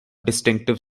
distinctive